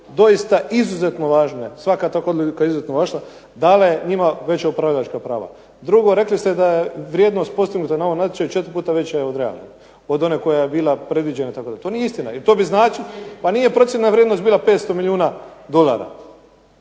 doista izuzetno važne. Svaka ta odluka je izuzetno važna, dala je njima veća upravljačka prava. Drugo, rekli ste da je vrijednost postignuta na ovom natječaju četiri puta veća od realne, od one koja je bila predviđena. To nije istina jer to bi značilo. .../Upadica se ne čuje./... Pa nije procijenjena vrijednost bila 500 milijuna dolara